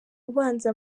ubanza